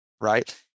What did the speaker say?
right